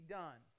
done